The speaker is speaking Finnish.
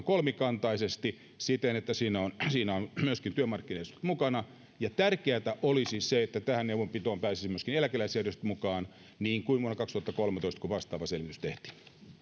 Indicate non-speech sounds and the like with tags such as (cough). (unintelligible) kolmikantaisesti siten että siinä ovat myöskin työmarkkinajärjestöt mukana ja tärkeätä olisi se että tähän neuvonpitoon pääsisivät myöskin eläkeläisjärjestöt mukaan niin kuin vuonna kaksituhattakolmetoista kun vastaava selvitys tehtiin